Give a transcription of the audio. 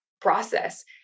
process